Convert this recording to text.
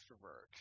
extrovert